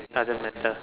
doesn't matter